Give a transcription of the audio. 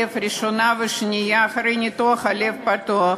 רווחה במגזר החרדי.